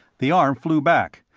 the arm flew back,